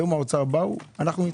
היום האוצר אמרו: אנחנו איתך.